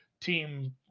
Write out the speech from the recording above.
team